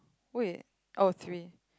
wait oh three